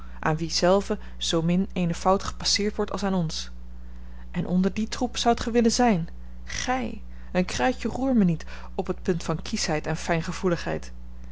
aan wie zelve zoomin eene fout gepasseerd wordt als aan ons en onder dien troep zoudt gij willen zijn gij een kruidje-roer-mij-niet op het punt van kieschheid en fijngevoeligheid